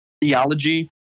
theology